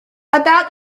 about